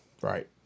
Right